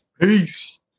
Peace